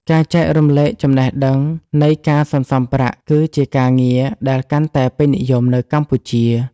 ការចែករំលែកចំណេះដឹងនៃការសន្សំប្រាក់គឺជាការងារដែលកាន់តែពេញនិយមនៅកម្ពុជា។